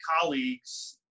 colleagues